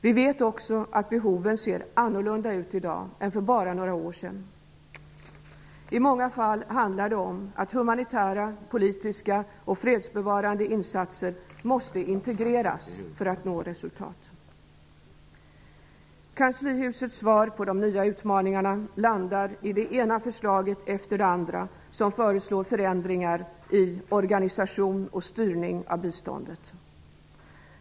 Vi vet också att behoven ser annorlunda ut i dag än för bara några år sedan. I många fall handlar det om att humanitära, politiska och fredsbevarande insatser måste integreras för att man skall nå resultat. Kanslihusets svar på de nya utmaningarna består i att man lägger fram det ena förslaget efter det andra i syfte att förändra organisationen och styra biståndet.